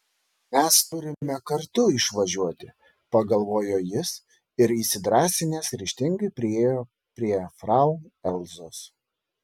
mes turime kartu išvažiuoti pagalvojo jis ir įsidrąsinęs ryžtingai priėjo prie frau elzos